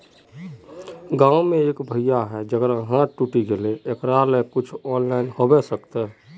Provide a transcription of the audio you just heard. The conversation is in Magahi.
गाँव में एक भैया है जेकरा हाथ टूट गले एकरा ले कुछ ऑनलाइन होबे सकते है?